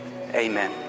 Amen